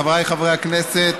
חבריי חברי הכנסת,